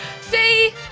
See